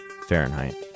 Fahrenheit